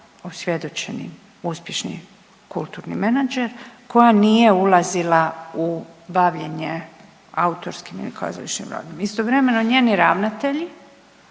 osvjedočeni uspješni kulturni menadžer koja nije ulazila u bavljenje autorskim i kazališnim radom. Istovremeno njeni ravnatelji